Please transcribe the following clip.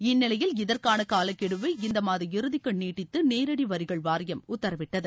இந்நிலையில் இதற்கான காலக்கெடுவை இந்த மாத இறுதிக்கு நீட்டித்து நேரடி வரிகள் வாரியம் உத்தரவிட்டது